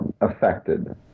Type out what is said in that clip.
affected